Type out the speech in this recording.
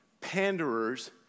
panderers